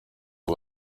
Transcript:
ngo